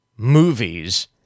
movies